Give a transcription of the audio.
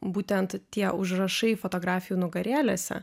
būtent tie užrašai fotografijų nugarėlėse